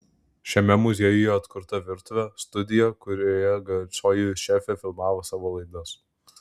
šiame muziejuje atkurta virtuvė studija kurioje garsioji šefė filmavo savo laidas